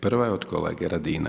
Prva je od kolege Radina.